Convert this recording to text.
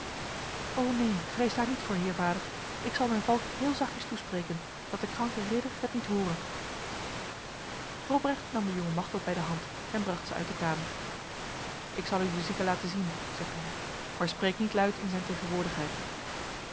o neen vrees daar niet voor heer vader ik zal mijn valk heel zachtjes toespreken dat de kranke ridder het niet hore robrecht nam de jonge machteld bij de hand en bracht ze uit de kamer ik zal u de zieke laten zien zegde hij maar spreek niet luid in zijn tegenwoordigheid